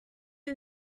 are